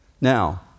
Now